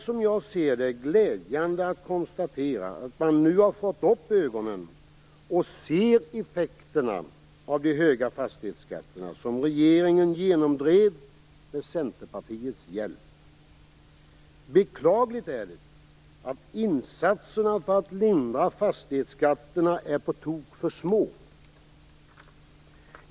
Som jag ser det är det glädjande att konstatera att man nu har fått upp ögonen och ser effekterna av de höga fastighetsskatterna som regeringen genomdrev med Centerpartiets hjälp. Men det är beklagligt att insatserna för att lindra fastighetsskatterna är på tok för små.